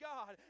God